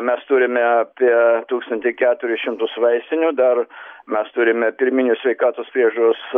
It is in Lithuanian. mes turime apie tūkstantį keturis šimtus vaistinių dar mes turime pirminės sveikatos priežiūros